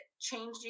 changing